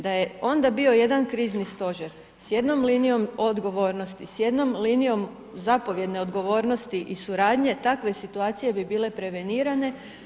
Da je onda bio jedan krizni stožer, s jednom linijom odgovornosti, s jednom linijom zapovjedne odgovornosti i suradnje takve situacije bi bile prevenirane.